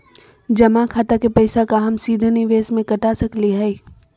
जमा खाता के पैसा का हम सीधे निवेस में कटा सकली हई?